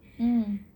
mm